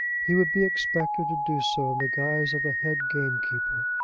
he would be expected to do so in the guise of a head gamekeeper,